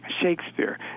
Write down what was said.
Shakespeare